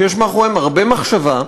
שיש מאחוריהן הרבה מחשבה,